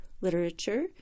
literature